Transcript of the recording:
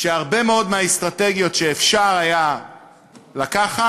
שבהרבה מאוד מהאסטרטגיות שאפשר היה לקחת,